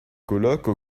colloque